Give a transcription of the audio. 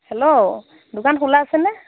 hello দোকান খোলা আছেনে